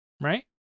Right